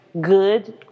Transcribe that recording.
good